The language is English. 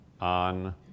on